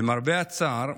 למרבה הצער,